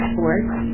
Sports